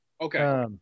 Okay